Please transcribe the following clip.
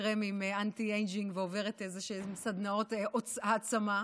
קרמים אנטי-אייג'ינג ועוברת איזשהן סדנאות העצמה,